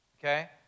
Okay